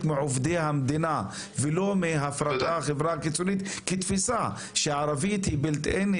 מעובדי המדינה ולא הפרטה לחברה חיצונית כתפיסה שערבית היא build in,